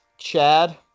Chad